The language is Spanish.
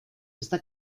esta